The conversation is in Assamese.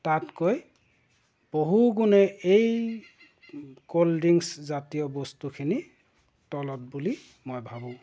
তাতকৈ বহু গুণে এই ক'ল্ড ড্ৰিংকছ্ জাতীয় বস্তুখিনি তলত বুলি মই ভাবোঁ